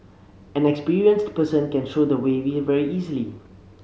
an experienced person can show the way very easily